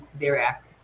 thereafter